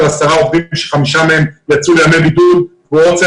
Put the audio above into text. עשרה עובדים שחמישה מהם יצאו לימי בידוד ובעל המסעדה